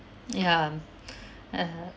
ya uh